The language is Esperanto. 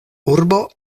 urbo